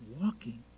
walking